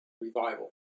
revival